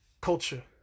culture